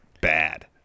bad